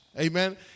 Amen